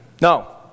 no